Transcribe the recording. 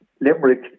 Limerick